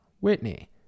Whitney